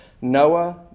Noah